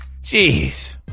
Jeez